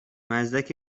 مزدک